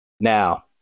Now